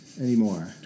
anymore